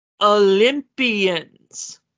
Olympians